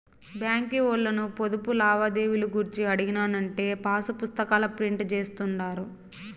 బాంకీ ఓల్లను పొదుపు లావాదేవీలు గూర్చి అడిగినానంటే పాసుపుస్తాకాల ప్రింట్ జేస్తుండారు